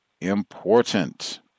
important